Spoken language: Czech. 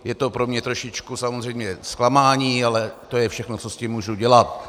Je to pro mě trošičku samozřejmě zklamání, ale to je všechno, co s tím můžu dělat.